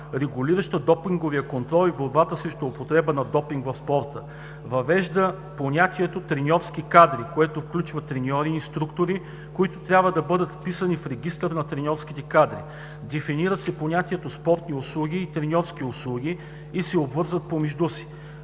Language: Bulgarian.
регулираща допинговия контрол и борбата срещу употребата на допинг в спорта. Въвежда се понятието „треньорски кадри“, което включва треньори и инструктори, които трябва да бъдат вписани в регистър на треньорските кадри. Дефинират се понятията „спортни услуги“ и „треньорски услуги“ и се обвързват помежду си.